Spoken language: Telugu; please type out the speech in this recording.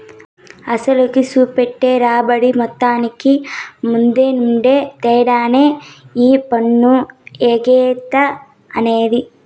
అసలుకి, సూపెట్టే రాబడి మొత్తానికి మద్దెనుండే తేడానే ఈ పన్ను ఎగేత అనేది